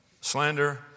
slander